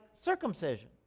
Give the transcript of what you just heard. circumcision